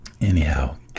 Anyhow